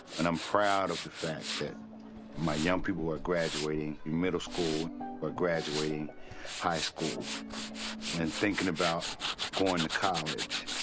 and i'm proud of the fact that my young people are graduating middle school, are but graduating high school and thinking about going to college.